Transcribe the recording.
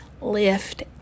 lift